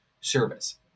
service